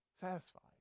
satisfied